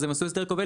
אז הם עשו הסדר כובל.